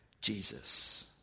Jesus